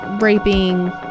raping